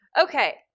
Okay